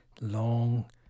long